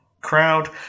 crowd